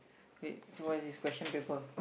wait so what is this question paper